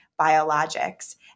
biologics